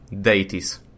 deities